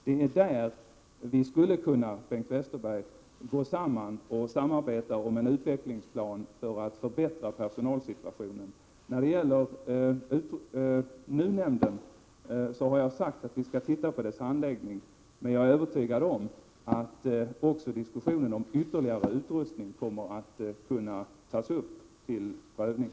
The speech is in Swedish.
Det är där vi skulle kunna gå samman, Bengt Westerberg, och samarbeta om en utvecklingsplan för att förbättra personalsituationen. När det gäller NUU-nämnden har jag sagt att vi skall titta på dess handläggning, men jag är övertygad om att också frågan om ytterligare utrustning kommer att kunna tas upp till prövning.